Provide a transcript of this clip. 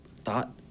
thought